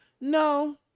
no